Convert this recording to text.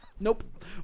Nope